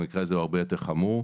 המקרה הזה הרבה יותר חמור.